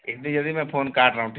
इतनी जल्दी में फोन काट रहा हूँ ठीक